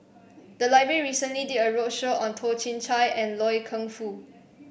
the library recently did a roadshow on Toh Chin Chye and Loy Keng Foo